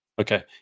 Okay